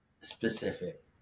specific